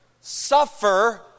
suffer